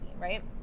right